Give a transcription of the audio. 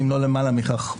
אם לא למעלה מכך.